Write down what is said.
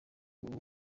uwo